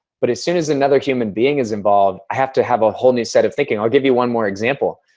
but as soon as another human being is involved, i have to have a whole new set of thinking. i'll give you one more example.